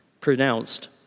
pronounced